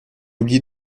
oublié